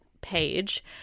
page